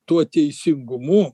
tuo teisingumu